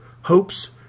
hopes